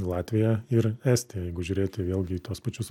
latvija ir estija jeigu žiūrėti vėlgi į tuos pačius